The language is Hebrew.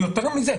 או יותר מזה,